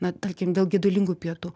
na tarkim dėl gedulingų pietų